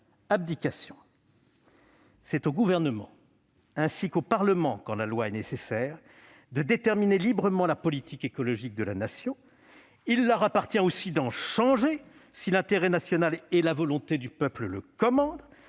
C'est au Gouvernement, ainsi qu'au Parlement, quand la loi est nécessaire, de déterminer librement la politique écologique de la Nation. Il leur appartient aussi d'en changer, si l'intérêt national et la volonté du peuple le commandent,